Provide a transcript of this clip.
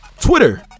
twitter